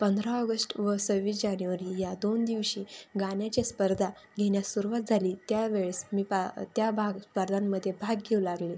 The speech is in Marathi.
पंधरा ऑगस्ट व सव्वीस जानेवारी या दोन दिवशी गाण्याची स्पर्धा घेण्यास सुरवात झाली त्यावेळेस मी पा त्या भाग स्पर्धांमध्ये भाग घेऊ लागले